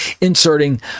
inserting